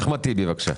אחמד טיבי, בבקשה.